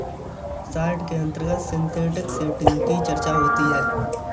short के अंतर्गत synthetic setting की चर्चा होती है